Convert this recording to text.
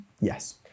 Yes